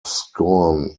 scorn